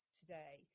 today